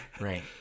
Right